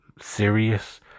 serious